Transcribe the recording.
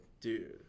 Dude